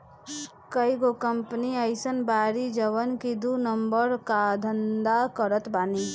कईगो कंपनी अइसन बाड़ी जवन की दू नंबर कअ धंधा करत बानी